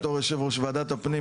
בתור יושב-ראש ועדת הפנים,